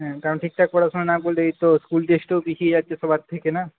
হ্যাঁ কারণ ঠিকঠাক পড়াশোনা না করলে এই তো স্কুল টেস্টেও পিছিয়ে যাচ্ছে সবার থেকে না